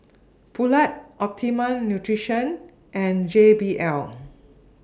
Poulet Optimum Nutrition and J B L